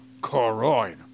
choroid